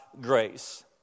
grace